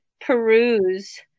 peruse